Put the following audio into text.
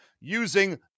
using